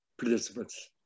participants